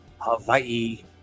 Hawaii